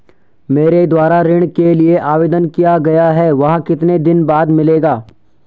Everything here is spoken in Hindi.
मेरे द्वारा ऋण के लिए आवेदन किया गया है वह कितने दिन बाद मिलेगा?